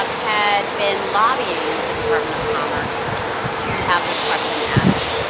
um had been lobbying the department of commerce to have this question added.